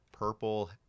purple